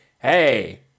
Hey